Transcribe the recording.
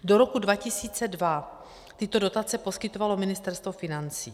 Do roku 2002 tyto dotace poskytovalo Ministerstvo financí.